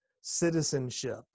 citizenship